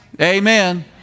Amen